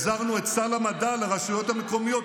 החזרנו את סל המדע לרשויות המקומיות,